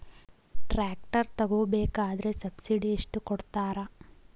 Tractor ತಗೋಬೇಕಾದ್ರೆ subsidy ಎಷ್ಟು ಕೊಡ್ತಾರ?